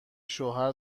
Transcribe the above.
شوهر